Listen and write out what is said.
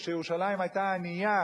כשירושלים היתה ענייה